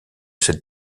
cette